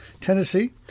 Tennessee